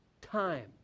time